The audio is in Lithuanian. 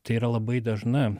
tai yra labai dažna